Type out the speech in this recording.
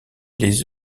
les